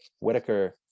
Whitaker